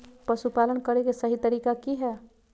पशुपालन करें के सही तरीका की हय?